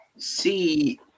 see